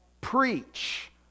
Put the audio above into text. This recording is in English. preach